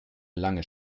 lange